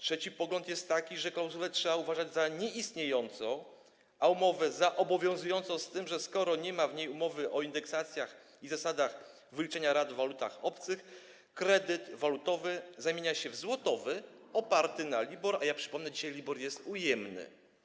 Trzeci pogląd jest taki, że klauzulę trzeba uważać za nieistniejącą, a umowę za obowiązującą, z tym że skoro nie ma w niej umowy o indeksacjach i zasadach wyliczenia rat w walutach obcych, kredyt walutowy zamienia się na złotowy oparty na LIBOR, a przypomnę, że dzisiaj LIBOR jest ujemny.